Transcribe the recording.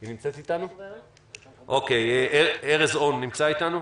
לפני כן, ארז און, נמצא אתנו?